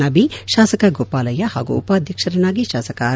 ನಬಿ ಶಾಸಕ ಗೋಪಾಲಯ್ಯ ಹಾಗೂ ಉಪಾಧ್ಯಕ್ಷರನ್ನಾಗಿ ಶಾಸಕ ಆರ್